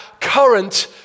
current